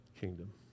kingdom